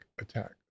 attack